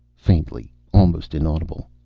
faintly. almost inaudible.